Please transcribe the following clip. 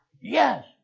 Yes